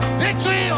victory